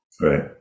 Right